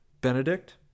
Benedict